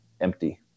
empty